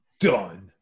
Done